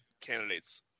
candidates